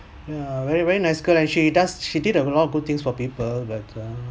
ya very very nice girl and she does she did a lot of good things for people but err